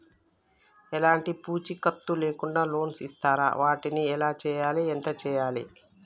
ఎలాంటి పూచీకత్తు లేకుండా లోన్స్ ఇస్తారా వాటికి ఎలా చేయాలి ఎంత చేయాలి?